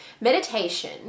Meditation